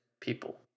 people